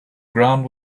ground